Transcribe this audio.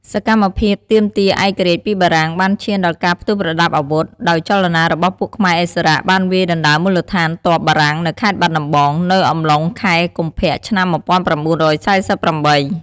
សកម្មភាពទាមទារឯករាជ្យពីបារាំងបានឈានដល់ការផ្ទុះប្រដាប់វុធ ដោយចលនារបស់ពួកខ្មែរឥស្សរៈ បានវាយដណ្ដើមមូលដ្ឋានទ័ពបារាំងនៅ ខេត្តបាត់ដំបង នៅអំឡុងខែកុម្ភៈឆ្នាំ ១៩៤៨